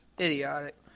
Idiotic